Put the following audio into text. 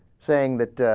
saying that ah.